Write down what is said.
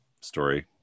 story